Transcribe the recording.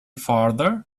farther